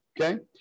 Okay